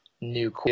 new